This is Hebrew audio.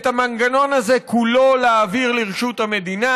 את המנגנון הזה כולו להעביר לרשות המדינה.